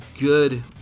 good